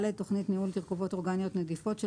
תכנית ניהול תרכובות אורגניות נדיפות של